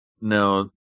No